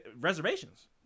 reservations